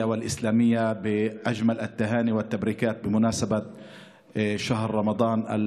והמוסלמית את מיטב הברכות והאיחולים לרגל חודש הרמדאן,